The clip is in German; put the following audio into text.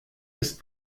ist